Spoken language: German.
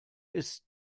ist